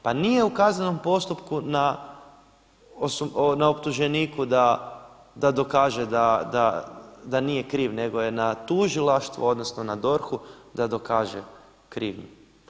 Pa nije u kaznenom postupku na optuženiku da dokaže da nije kriv nego je na tužilaštu, odnosno na DORH-u da dokaže krivnju.